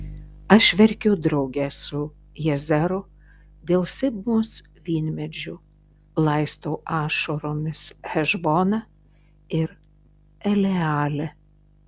aš verkiu drauge su jazeru dėl sibmos vynmedžių laistau ašaromis hešboną ir elealę